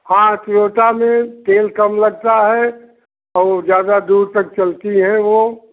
हाँ टियोटा में तेल कम लगता है और ज्यादा दूर तक चलती है वो